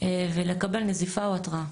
ולקבל נזיפה או התראה.